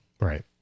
Right